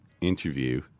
interview